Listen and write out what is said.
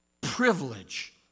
privilege